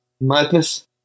madness